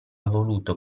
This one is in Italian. voluto